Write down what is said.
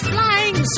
Flying